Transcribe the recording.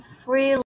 free